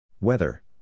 Weather